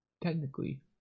technically